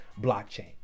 blockchain